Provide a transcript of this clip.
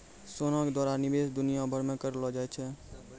सोना के द्वारा निवेश दुनिया भरि मे करलो जाय छै